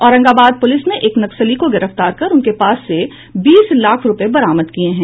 Aurangabad police ने एक नक्सली को गिरफ्तार कर उसके पास से बीस लाख रूपये बरामद किये हैं